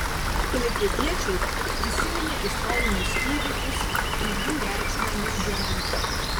klaipėdiečiai prisiminė istorinius įvykius ir jų reikšmę nūdienai